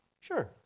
Sure